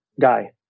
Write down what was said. guy